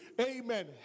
Amen